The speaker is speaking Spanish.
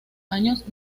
años